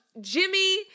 Jimmy